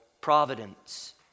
providence